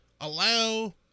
allow